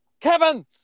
Kevin